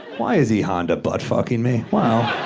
why is e. honda butt me? wow.